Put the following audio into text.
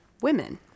women